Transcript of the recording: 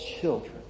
children